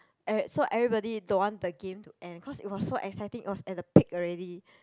eve~ so everybody don't want the game to end cause it was so exciting it was at the peak already